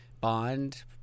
bond